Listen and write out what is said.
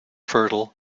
fertile